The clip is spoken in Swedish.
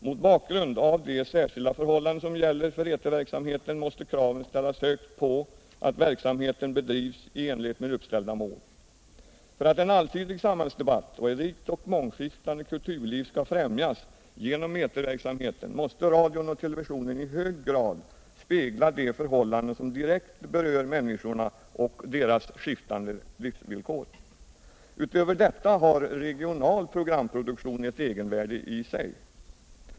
Mot bakgrund av de särskilda förhållanden som gäller för eterverksamheten måste kraven ställas högt på att verksamheten bedrivs i enlighet med uppställda mål. För att en allsidig samhällsdebatt och ett rikt och mångskiftande kulturliv skall främjas genom eterverksamheten måste radion och televisionen i hög grad spegla de förhållanden som direkt berör människorna och deras skiftande livsvillkor. Utöver deua har regional programproduktion ett egenvärde i sig.